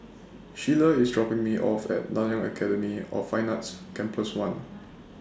Shiela IS dropping Me off At Nanyang Academy of Fine Arts Campus one